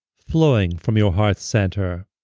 flowing from your heart's center.